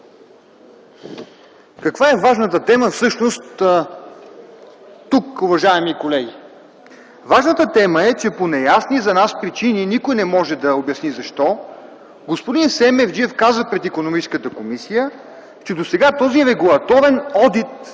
Каква е важната тема всъщност тук, уважаеми колеги? Важната тема е, че по неясни за нас причини никой не може да обясни защо господин Семерджиев каза пред Икономическата комисия, че досега този регулаторен одит,